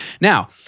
Now